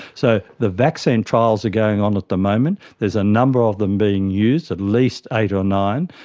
so the vaccine trials are going on at the moment. there's a number of them being used, at least eight or nine,